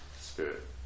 spirit